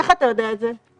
איך אתה יודע את זה?